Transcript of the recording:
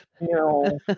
No